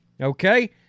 Okay